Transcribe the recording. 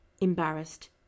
embarrassed